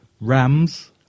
Rams